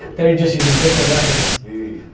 they're just using different weapons.